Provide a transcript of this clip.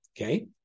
Okay